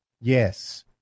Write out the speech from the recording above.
Yes